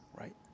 right